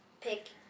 pick